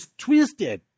twisted